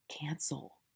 Cancel